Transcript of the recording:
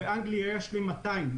באנגליה יש ל-200 חברות.